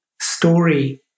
story